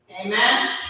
amen